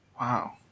Wow